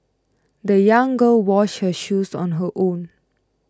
the young girl washed her shoes on her own